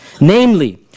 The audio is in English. Namely